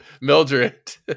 Mildred